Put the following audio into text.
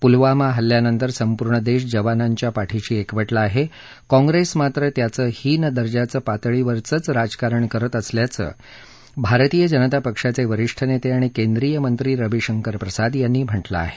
पुलवामा हल्ल्यानंतर संपूर्ण देश जवानांच्या पाठीशी एकवटला आहे काँग्रेस मात्र त्याचं हीन दर्जाच्या पातळीवरच राजकारण करत असल्याचं भारतीय जनता पक्षाचे वरिष्ठ नेते आणि केंद्रीय मंत्री रविशंकर प्रसाद यांनी म्हटलं आहे